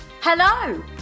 Hello